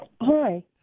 Hi